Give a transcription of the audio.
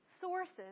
sources